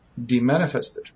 demanifested